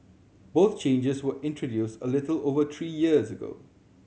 both changes were introduced a little over three years ago